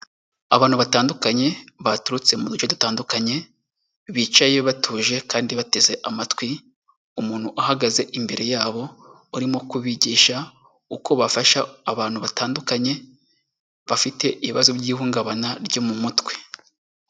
Abantu batandukanye baturutse mu duce dutandukanye, bicaye batuje kandi bateze amatwi umuntu uhagaze imbere yabo, urimo kubigisha uko bafasha abantu batandukanye bafite ibibazo by'ihungabana ryo mu mutwe.